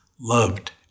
loved